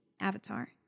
Avatar